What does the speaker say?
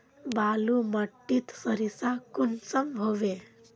बालू माटित सारीसा कुंसम होबे?